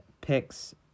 picks